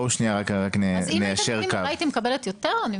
אז אם הייתי --- הייתי מקבלת יותר?